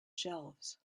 shelves